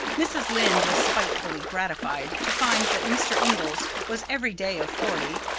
mrs. lynde was spitefully gratified to find that mr. inglis was every day of forty,